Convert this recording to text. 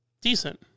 Decent